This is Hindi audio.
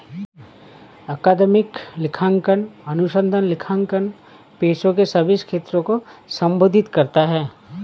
अकादमिक लेखांकन अनुसंधान लेखांकन पेशे के सभी क्षेत्रों को संबोधित करता है